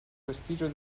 prestigio